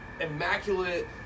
immaculate